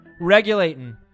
regulating